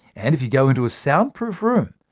and if you go into a soundproof room,